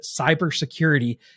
cybersecurity